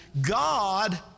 God